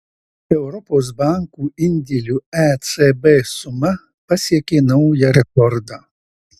europos bankų indėlių ecb suma pasiekė naują rekordą